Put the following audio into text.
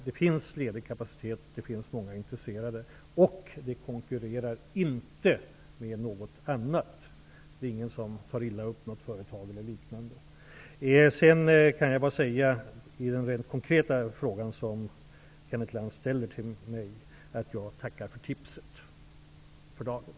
Det finns ledig kapacitet och många intresserade, och det konkurrerar inte med någonting annat. Det är ingen som tar illa upp, något företag eller liknande. När det gäller den rent konkreta fråga som Kenneth Lantz ställer till mig, vill jag för dagen säga att jag tackar för tipset.